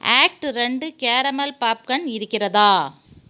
act ரெண்டு caramel popcorn இருக்கிறதா